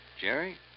Jerry